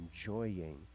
enjoying